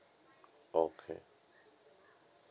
okay